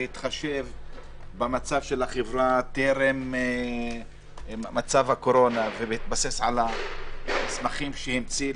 בהתחשב במצב החברה טרם מצב הקורונה ובהתבסס על המסמכים שהמציא,